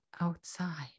outside